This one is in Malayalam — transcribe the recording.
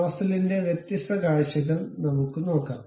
നോസലിന്റെ വ്യത്യസ്ത കാഴ്ചകൾ നമുക്ക് നോക്കാം